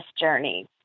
journey